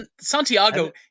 Santiago